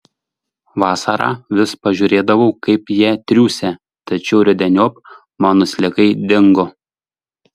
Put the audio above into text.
vasarą vis pažiūrėdavau kaip jie triūsia tačiau rudeniop mano sliekai dingo